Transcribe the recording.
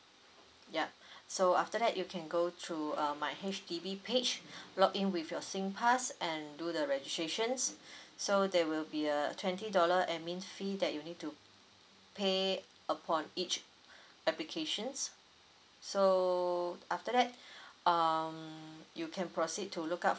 yup so after that you can go to uh my H_D_B page log in with your singpass and do the registrations so there will be a twenty dollar admin fee that you need to pay upon each application so after that um you can proceed to look up